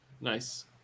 nice